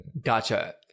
gotcha